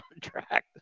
contract